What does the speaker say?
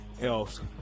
else